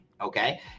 Okay